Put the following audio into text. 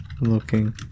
Looking